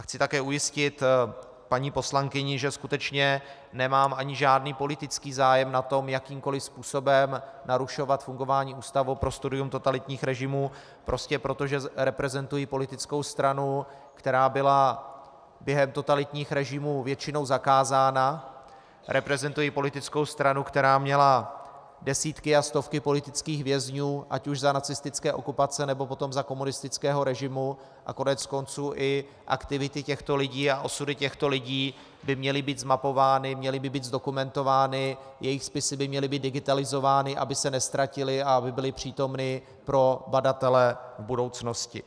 Chci také ujistit paní poslankyni, že skutečně nemám ani žádný politický zájem na tom jakýmkoliv způsobem narušovat fungování Ústavu pro studium totalitních režimů, prostě proto, že reprezentuji politickou stranu, která byla během totalitních režimů většinou zakázána, reprezentuji politickou stranu, která měla desítky a stovky politických vězňů ať už za nacistické okupace, nebo potom za komunistického režimu, a koneckonců i aktivity těchto lidí a osudy těchto lidí by měly být zmapovány, měly by být zdokumentovány, jejich spisy by měly být digitalizovány, aby se neztratily a aby byly přítomny pro badatele budoucnosti.